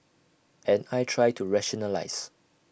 and I try to rationalise